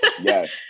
Yes